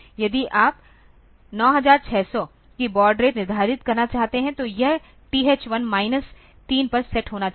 यदि आप 9600 की बॉड रेट निर्धारित करना चाहते हैं तो यह TH1 माइनस 3 पर सेट होना चाहिए